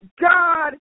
God